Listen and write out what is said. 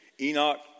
Enoch